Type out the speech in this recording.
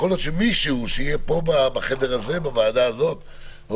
יכול להיות שמי שיהיה בוועדה הזאת או